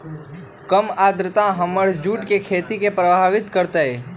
कम आद्रता हमर जुट के खेती के प्रभावित कारतै?